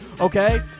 okay